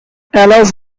allows